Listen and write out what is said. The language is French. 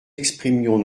exprimions